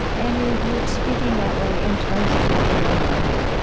and you're you're speaking that way in terms of what we are learning,